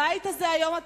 בבית הזה היום את